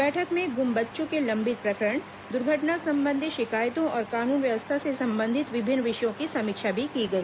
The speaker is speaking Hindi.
बैठक में गुम बच्चों के लंबित प्रकरण दुर्घटना संबंधी शिकायतों और कानून व्यवस्था से संबंधित विभिन्न विषयों की समीक्षा भी की गई